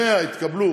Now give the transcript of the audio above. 100 יתקבלו